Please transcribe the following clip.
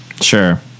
Sure